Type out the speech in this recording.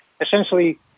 essentially